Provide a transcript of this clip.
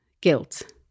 guilt